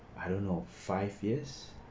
I don't know five years